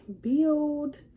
build